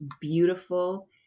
beautiful